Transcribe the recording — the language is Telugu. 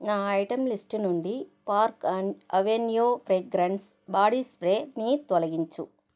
నా ఐటెం లిస్ట్ నుండి Park and Avenue fragrance body స్ప్రేని తొలగించు